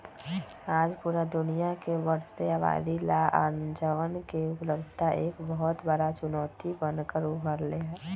आज पूरा दुनिया के बढ़ते आबादी ला अनजवन के उपलब्धता एक बहुत बड़ा चुनौती बन कर उभर ले है